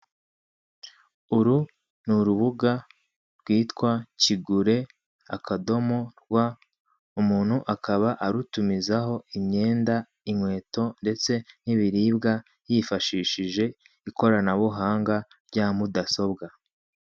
Uru ni urubuga rwitwa kigure akadomo rwa umuntu akaba arutumizaho imyenda, inkweto ndetse n'ibiribwa yifashishije ikoranabuhanga rya mudasobwa.